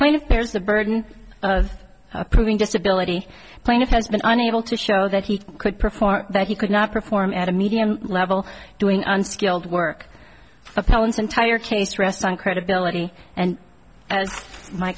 plaintiff there's the burden of proving disability plaintiff has been unable to show that he could perform that he could not perform at a medium level doing unskilled work appellants entire case rests on credibility and as my